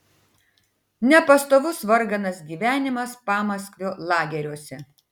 nepastovus varganas gyvenimas pamaskvio lageriuose